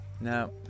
Now